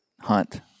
hunt